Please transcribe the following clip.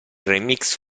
remix